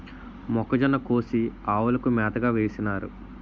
మొక్కజొన్న కోసి ఆవులకు మేతగా వేసినారు